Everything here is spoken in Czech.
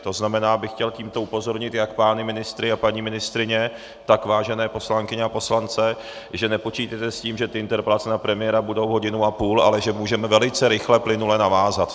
To znamená, chtěl bych tímto upozornit jak pány ministry a paní ministryně, tak vážené poslankyně a poslance, že nepočítejte s tím, že interpelace na premiéra budou hodinu a půl, ale že můžeme velice rychle plynule navázat.